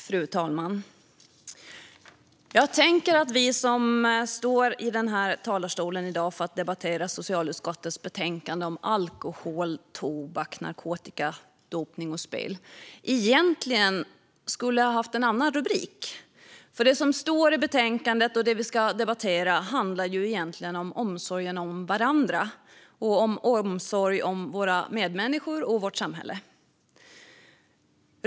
Fru talman! Jag tänker att socialutskottets betänkande om alkohol, tobak, narkotika, dopning och spel som vi debatterar här i dag egentligen borde ha haft en annan rubrik. För det som står i betänkandet och som vi ska debattera handlar egentligen om omsorg om varandra, våra medmänniskor och vårt samhälle.